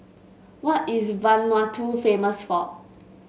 what is Vanuatu famous for